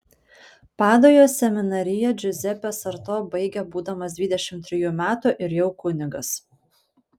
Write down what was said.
padujos seminariją džiuzepė sarto baigė būdamas dvidešimt trejų metų ir jau kunigas